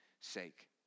sake